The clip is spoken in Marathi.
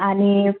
आणि